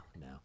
no